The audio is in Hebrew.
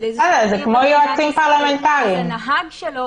אז הנהג שלו